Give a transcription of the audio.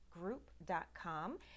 group.com